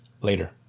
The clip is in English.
Later